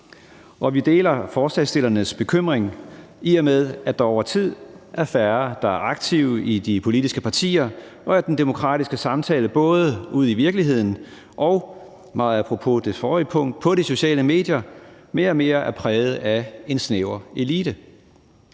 Vi deler forslagsstillernes bekymring, i og med at der over tid er blevet færre, der er aktive i de politiske partier, og at den demokratiske samtale både ude i virkeligheden og – meget apropos det forrige punkt – på de sociale medier mere og mere er præget af en snæver elite.